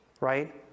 right